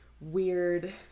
weird